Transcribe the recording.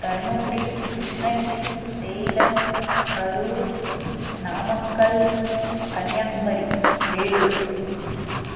Dharmapuri Krishnagiri Salem Karur Namakkal Kanyakumari Vellore